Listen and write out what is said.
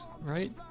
right